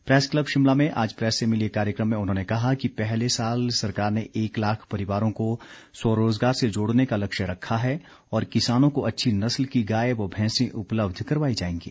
press club Shimla में आज press से मिलिए कार्यक्रम में उन्होंने कहा कि पहले साल सरकार ने एक लाख परिवारों को स्वरोजगार से जोड़ने का लक्ष्य रखा है और किसानों को अच्छी नस्ल की गाय व भैंसे उपलब्ध करवाई जाएंगी